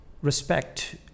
respect